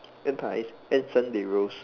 and pies and sundae rolls